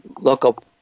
local